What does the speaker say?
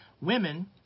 women